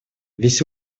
весь